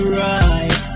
right